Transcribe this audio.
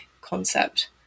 concept